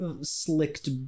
slicked